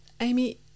Amy